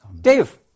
Dave